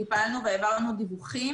טיפלנו והעברנו דיווחים